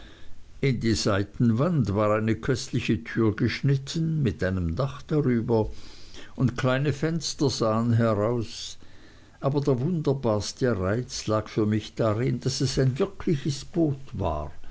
in die seitenwand war eine köstliche tür geschnitten mit einem dach darüber und kleine fenster sahen heraus aber der wunderbarste reiz für mich lag darin daß es ein wirkliches boot war